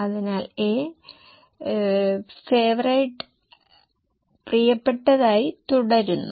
അതിനാൽ A പ്രിയപ്പെട്ടതായി തുടരുന്നു